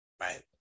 Right